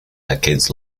decades